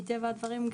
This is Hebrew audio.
מטבע הדברים,